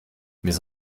mes